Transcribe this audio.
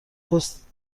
پست